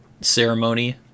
ceremony